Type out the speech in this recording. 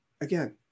again